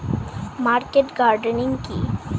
Market gardening কি?